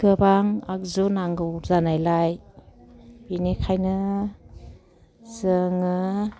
गोबां आगजु नांगौ जानायलाय बेनिखायनो जोङो